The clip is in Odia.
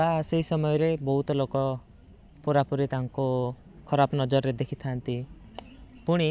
ବା ସେଇ ସମୟରେ ବହୁତ ଲୋକ ପୁରାପୁରି ତାଙ୍କୁ ଖରାପ ନଜରରେ ଦେଖିଥାନ୍ତି ପୁଣି